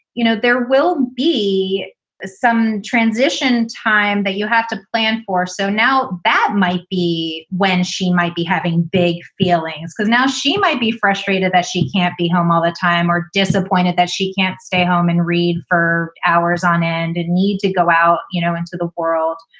you know, there will be some transition time that you have to plan for. so now that might be when she might be having big feelings, because now she might be frustrated that she can't be home all the time or disappointed that she can't stay home and read for hours on end and need to go out you know into the world.